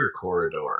corridor